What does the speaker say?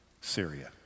Syria